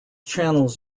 channels